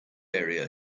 area